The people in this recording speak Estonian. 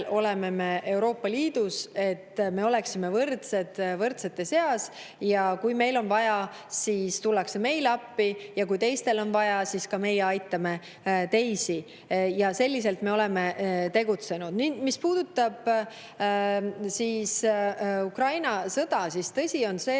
oleme me Euroopa Liidus, et me oleksime võrdsed võrdsete seas. Ja kui meil on vaja, siis tullakse meile appi, ja kui teistel on vaja, siis ka meie aitame teisi, ja selliselt me oleme tegutsenud. Mis puudutab Ukraina sõda, siis tõsi on see,